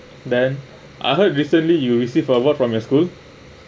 then I heard recently you receive for what from your school